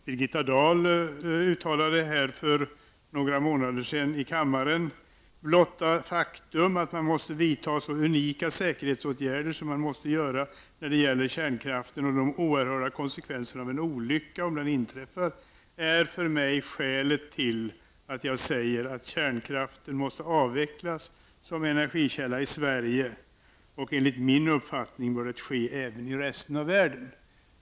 Birgitta Dahl uttalade för några månader sedan i kammaren: ''Blotta faktum att man måste vidta unika säkerhetsåtgärder som man måste göra när det gäller kärnkraften och de oerhörda konsekvenserna av en olycka om den inträffar är för mig skälet till att jag säger att kärnkraften måste avvecklas som energikälla i Sverige och enligt min uppfattning bör det ske även i resten av världen.''